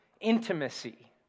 intimacy